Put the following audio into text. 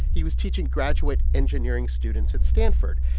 he was teaching graduate engineering students at stanford.